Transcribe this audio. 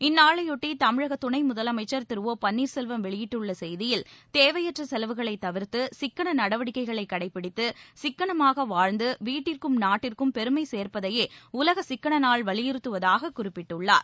இந்நாளையொட்டி தமிழக துணை முதலமைச்சா் திரு ஒ பன்னீர்செல்வம் வெளியிட்டுள்ள செய்தியில் தேவையற்ற செலவுகளை தவிர்த்து சிக்கன நடவடிக்கையை கடைபிடித்து சிக்களமாக வாழ்ந்து வீட்டிற்கும் நாட்டிற்கும் பெருமை சேர்ப்பதையே உலக சிக்கன நாள் வலியுறுத்துவதாக குறிப்பிட்டுள்ளார்